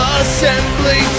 assembly